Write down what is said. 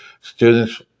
students